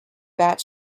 bat